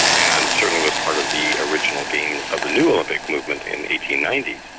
and certainly was part of the original games of the new olympic movement in the eighteen ninety